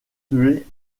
tuer